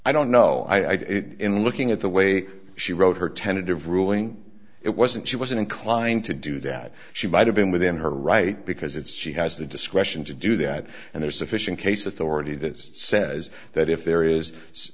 i don't know i get it in looking at the way she wrote her tentative ruling it wasn't she was inclined to do that she might have been within her right because it's she has the discretion to do that and there's sufficient case authority that says that if there is